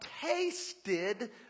tasted